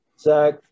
Zach